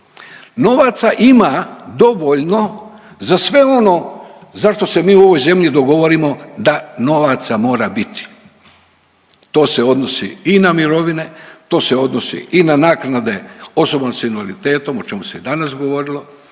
Novaca ima dovoljno za sve ono za što se mi u ovoj zemlji dogovorimo da novaca mora biti. To se odnosi i na mirovine, to se odnosi i na naknade osobama s invaliditetom, o čemu se i danas govorilo,